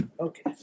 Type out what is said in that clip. okay